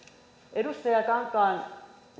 edustaja kankaanniemi